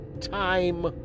time